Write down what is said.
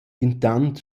intant